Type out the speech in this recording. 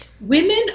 Women